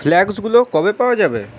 ফ্লাস্কগুলো কবে পাওয়া যাবে